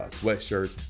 sweatshirts